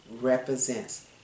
represents